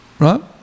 Right